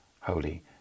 holy